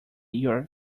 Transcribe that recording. your